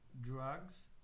drugs